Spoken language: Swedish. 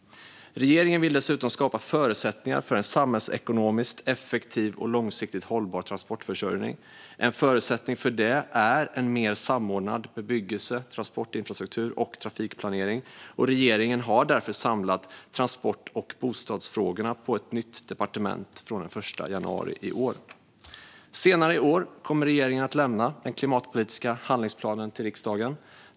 Regeringen vill dessutom skapa förutsättningar för en samhällsekonomiskt effektiv och långsiktigt hållbar transportförsörjning. En förutsättning för det är en mer samordnad bebyggelse-, transportinfrastruktur och trafikplanering. Regeringen har därför samlat transport och bostadsfrågorna på ett nytt departement från den 1 januari i år. Senare i år kommer regeringen att lämna den klimatpoliska handlingsplanen till riksdagen.